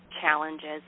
challenges